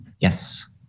Yes